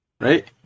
right